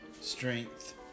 strength